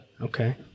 Okay